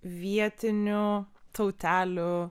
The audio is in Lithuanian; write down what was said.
vietinių tautelių